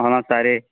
ಒಂದೊಂದು ಸಾರಿ